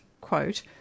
quote